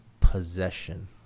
possession